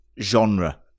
genre